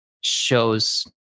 shows